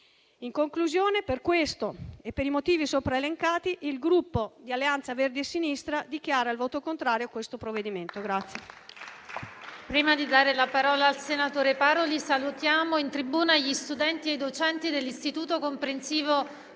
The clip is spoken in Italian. In conclusione, per questo e per i motivi sopra elencati, il Gruppo Alleanza Verdi e Sinistra dichiara il voto contrario sul provvedimento